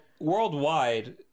worldwide